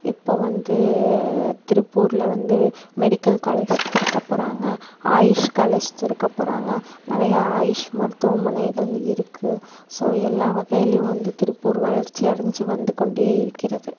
இப்போது வந்து திருப்பூர்ல வந்து மெடிக்கல் காலேஜ் திறக்க போறாங்க ஆயுஷ் காலேஜ் திறக்க போறாங்க நிறையா ஆயுஷ் மருத்துவமனைகள் இருக்குது ஸோ எல்லா வகைலேயும் வந்து திருப்பூர் வளர்ச்சி அடஞ்சு வந்து கொண்டே இருக்கிறது